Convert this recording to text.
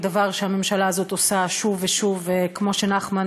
דבר שהממשלה הזאת עושה שוב ושוב כמו שנחמן